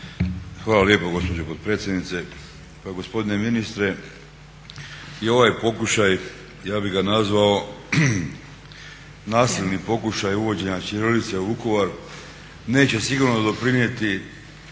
Pa gospodine ministre i ovaj pokušaj, ja bih ga nazvao nasilni pokušaj uvođenja ćirilice u Vukovar neće sigurno doprinijeti